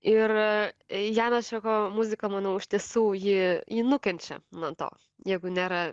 ir jano čekovo muzika manau iš tiesų ji nukenčia nuo to jeigu nėra